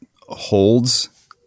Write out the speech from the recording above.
holds